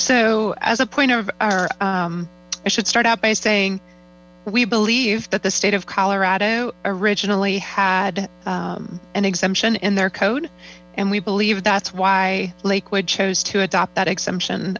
so as a point of our i should start out by saying we believe that the state of colorado originally had an exemption in their code and we believe that's why lakewood chose to adopt that exemption